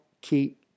keep